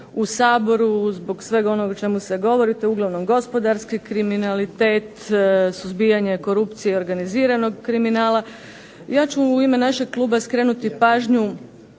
u Saboru, zbog svega onog o čemu se govori to je uglavnom gospodarski kriminalitet, suzbijanje korupcije i organiziranog kriminala. Ja ću u ime našeg kluba skrenuti pažnju